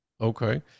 okay